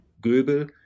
Goebel